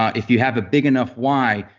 if you have a big enough why,